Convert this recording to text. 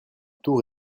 tour